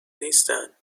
نیستن